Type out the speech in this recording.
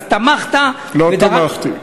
אז תמכת, לא תמכתי.